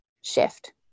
shift